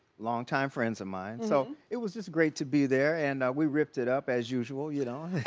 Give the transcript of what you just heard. long time friends of mine, so it was just great to be there and we ripped it up as usual, you know.